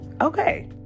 okay